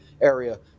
area